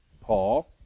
Paul